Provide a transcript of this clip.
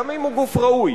גם אם הוא גוף ראוי.